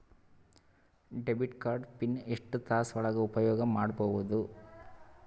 Debit card pin ಎಷ್ಟ ತಾಸ ಒಳಗ ಉಪಯೋಗ ಮಾಡ್ಬಹುದು?